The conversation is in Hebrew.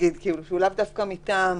שהוא לא מישהו מטעם.